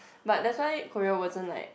but that's why Korea wasn't like